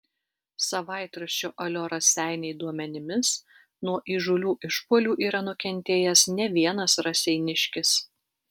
savaitraščio alio raseiniai duomenimis nuo įžūlių išpuolių yra nukentėjęs ne vienas raseiniškis